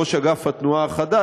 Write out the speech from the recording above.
ראש אגף התנועה החדש,